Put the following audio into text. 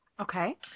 Okay